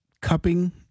cupping